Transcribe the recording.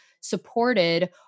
supported